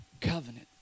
covenant